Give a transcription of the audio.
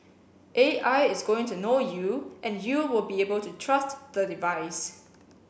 A I is going to know you and you will be able to trust the device